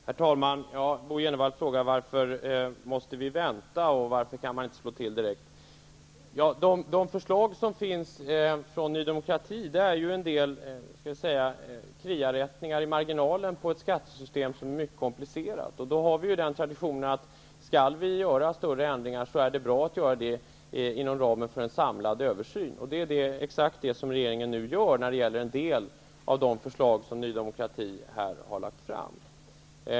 Herr talman! Bo G. Jenevall frågar varför vi måste vänta och varför man inte kan slå till direkt. De förslag som Ny demokrati har lagt fram är kriarättningar i marginalen på ett skattesystem som är mycket komplicerat. Vi har den traditionen, att om det skall göras större förändringar, är det bra att göra dem inom ramen för en samlad översyn. Det är exakt det som regeringen nu gör när det gäller en del av de förslag som Ny demokrati här har lagt fram.